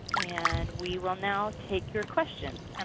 and we will now take your questions.